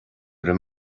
raibh